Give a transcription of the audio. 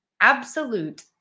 absolute